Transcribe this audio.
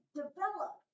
develop